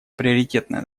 приоритетное